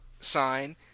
Sign